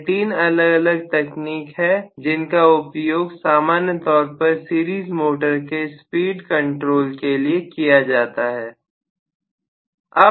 यह तीन अलग अलग तकनीक के हैं जिनका उपयोग सामान्य तौर पर सीरीज मोटर के स्पीड कंट्रोल के लिए किया जाता है